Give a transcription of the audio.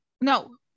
no